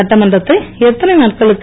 சட்டமன்றத்தை எத்தனை நாட்களுக்கு